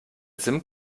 sim